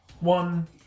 One